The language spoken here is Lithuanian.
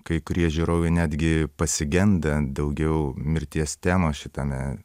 kai kurie žiūrovai netgi pasigenda daugiau mirties temos šitame